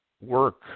work